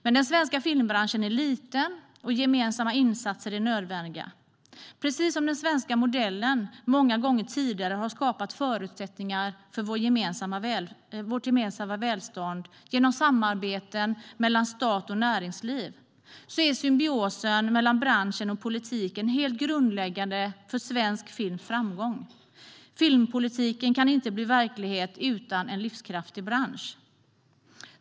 Den svenska filmbranschen är liten, och gemensamma insatser är nödvändiga. Precis som den svenska modellen många gånger tidigare har skapat förutsättningar för vårt gemensamma välstånd genom samarbeten mellan stat och näringsliv är symbiosen mellan branschen och politiken helt grundläggande för svensk films framgång. Filmpolitiken kan inte bli verklighet utan en livskraftig bransch.